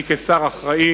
אני, כשר האחראי,